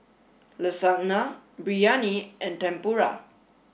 Lasagna Biryani and Tempura